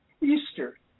Easter